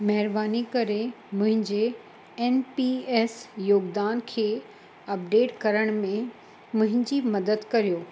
महिरबानी करे मुंहिंजे एन पी एस योगदान खे अपडेट करण में मुंहिंजी मदद करियो